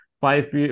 five